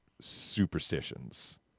superstitions